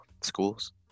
schools